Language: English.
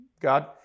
God